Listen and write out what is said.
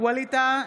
ווליד טאהא,